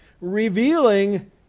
revealing